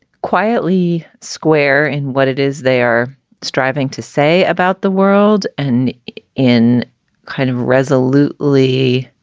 quietly square in what it is they are striving to say about the world and in kind of resolute lee.